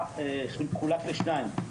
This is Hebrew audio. מחולק לשניים,